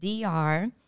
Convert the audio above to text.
DR